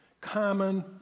common